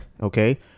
okay